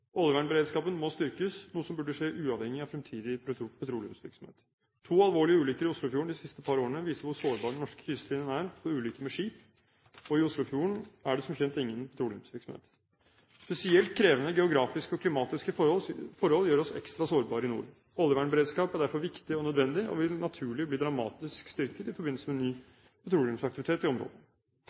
Oljevernberedskapen må styrkes, noe som burde skje uavhengig av fremtidig petroleumsvirksomhet. To alvorlige ulykker i Oslofjorden de siste par årene viser hvor sårbar den norske kystlinjen er for ulykker med skip, og i Oslofjorden er det som kjent ingen petroleumsvirksomhet. Spesielt krevende geografiske og klimatiske forhold gjør oss ekstra sårbare i nord. Oljevernberedskap er derfor viktig og nødvendig og vil naturlig bli dramatisk styrket i forbindelse med ny petroleumsaktivitet i området.